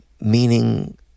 meaning